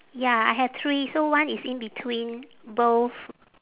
ya I have three so one is in between both